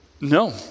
No